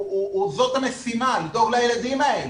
זאת המשימה, לדאוג לילדים האלה.